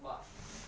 !wah!